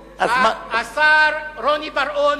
השר רוני בר-און,